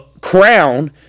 crown